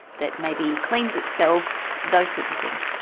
that maybe cleans itself, those sorts of things?